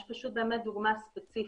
יש דוגמה ספציפית.